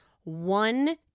one